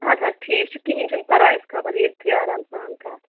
اَدٕ حظ ٹھیٖک چھُ کِہیٖنۍ چھُنہٕ پَرواے أسۍ کَرو ییٚتھٕے آرام سان کَتھ